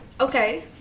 Okay